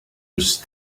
was